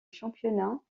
championnat